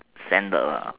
standard lah